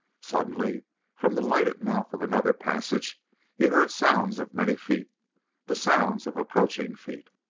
suddenly from the lighted mouth of another passage he heard sounds of many feet the sounds of approaching feet.